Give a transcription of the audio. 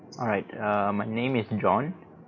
alright err my name is john